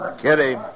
Kitty